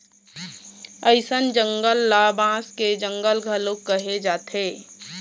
अइसन जंगल ल बांस के जंगल घलोक कहे जाथे